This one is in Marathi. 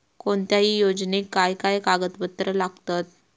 कोणत्याही योजनेक काय काय कागदपत्र लागतत?